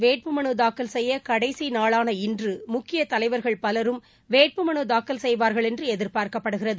வேட்பு மனு தாக்கல் செய்ய கடைசி நாளாள இன்று தெலங்கானாவில் முக்கிய தலைவர்கள் பலரும் இன்று வேட்பு மனு தாக்கல் செய்வார்கள் என்று எதிர்பார்க்கப்படுகிறது